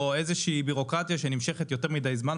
או איזושהי ביורוקרטיה שנמשכת יותר מדיי זמן,